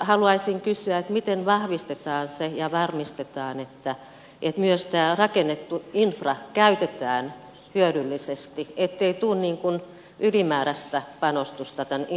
haluaisin kysyä miten vahvistetaan ja varmistetaan se että myös tämä rakennettu infra käytetään hyödyllisesti ettei tule ylimääräistä panostusta infran rakentamiseen